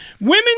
women